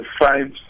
five